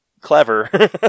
clever